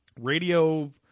radio